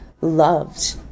loved